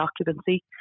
occupancy